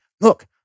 Look